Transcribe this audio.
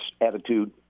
attitude